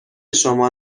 شما